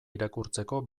irakurtzeko